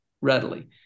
readily